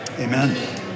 amen